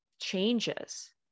changes